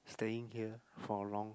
staying here for a long